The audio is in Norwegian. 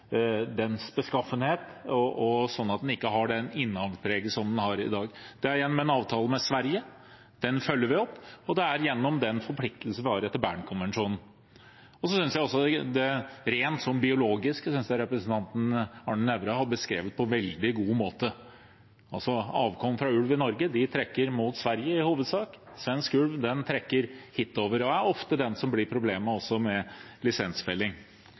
beskaffenhet, slik at den ikke har det innavlpreget som den har i dag. Det er gjennom en avtale med Sverige – den følger vi opp – og det er gjennom den forpliktelsen vi har etter Bernkonvensjonen. Når det gjelder det rent biologiske, synes jeg representanten Arne Nævra har beskrevet det på en veldig god måte: Avkom fra ulv i Norge trekker i hovedsak mot Sverige, mens svensk ulv trekker hitover og ofte er den som blir problemet når det gjelder lisensfelling.